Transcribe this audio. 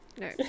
no